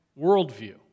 worldview